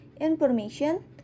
information